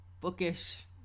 bookish